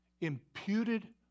imputed